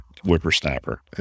whippersnapper